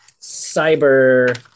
cyber